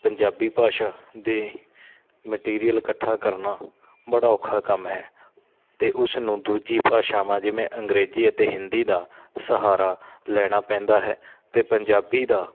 ਪੰਜਾਬੀ ਭਾਸ਼ਾ ਦੇ ਮਟੀਰੀਅਲ ਇਕੱਠਾ ਕਰਨਾ ਬੜਾ ਔਖਾ ਕੰਮ ਹੈ ਅਤੇ ਉਸਨੂੰ ਦੂਜੀ ਭਾਸ਼ਾਵਾਂ ਜਿਵੇਂ ਅੰਗਰੇਜ਼ੀ ਅਤੇ ਹਿੰਦੀ ਦਾ ਸਹਾਰਾ ਲੈਣਾ ਪੈਂਦਾ ਹੈ ਅਤੇ ਪੰਜਾਬੀ ਦਾ